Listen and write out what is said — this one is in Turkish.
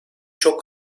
çok